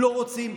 לא רוצים?